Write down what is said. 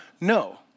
no